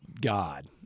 god